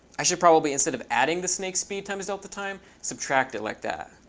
i should probably, instead of adding the snake speed times delta time, subtract it like that.